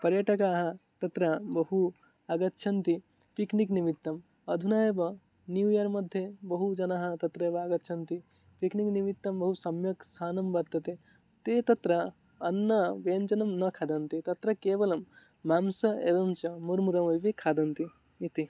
पर्यटकाः तत्र बहु आगच्छन्ति पिक्निक् निमित्तम् अधुना एव न्यूयर् मध्ये बहु जनाः तत्रैव आगच्छन्ति पिक्निक् निमित्तं बहु सम्यक् स्थानं वर्तते ते तत्र अन्नं व्यञ्जनं न खादन्ति तत्र केवलं मांसं एवञ्च मुर्मुरमपि खादन्ति इति